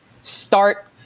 start